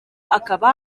akaba